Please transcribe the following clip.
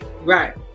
Right